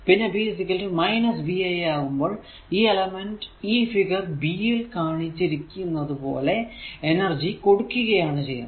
പിന്നെ p vi ആകുമ്പോൾ ഈ എലമെന്റ് ഈ ഫിഗർ b യിൽ കാണിച്ചിരിക്കുന്നത് പോലെ എനർജി കൊടുക്കുകയാണ് ചെയ്യുന്നത്